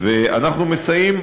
ואנחנו מסייעים